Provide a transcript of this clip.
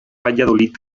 valladolid